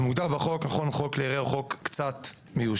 בא --- חוק כלי ירייה הוא חוק קצת מיושן.